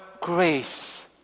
grace